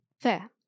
Fair